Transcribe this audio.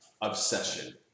Obsession